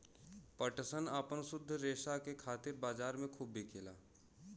पटसन आपन शुद्ध रेसा क खातिर बजार में खूब बिकेला